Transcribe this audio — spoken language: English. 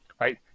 right